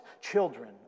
children